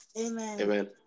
Amen